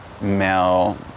male